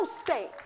state